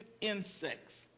insects